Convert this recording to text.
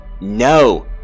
no